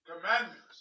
commandments